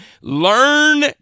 Learn